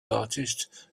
artist